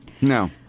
No